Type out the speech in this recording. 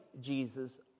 Jesus